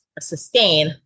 sustain